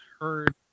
heard